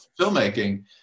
filmmaking